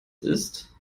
ist